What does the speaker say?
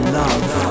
love